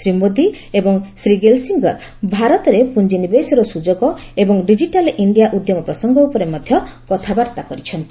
ଶ୍ରୀ ମୋଦୀ ଏବଂ ଶ୍ରୀ ଗେଲ୍ସିଙ୍ଗର ଭାରତରେ ପୁଞ୍ଜିନିବେଶର ସୁଯୋଗ ଏବଂ ଡିଜିଟାଲ ଇଣ୍ଡିଆ ଉଦ୍ୟମ ପ୍ରସଙ୍ଗ ଉପରେ ମଧ୍ୟ କଥାବାର୍ତ୍ତା କରିଛନ୍ତି